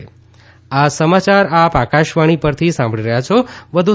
corona સંદેશ આ સમાચાર આપ આકાશવાણી પરથી સાંભળી રહ્યા છો વધુ